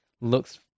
Looks